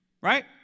Right